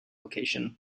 location